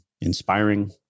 inspiring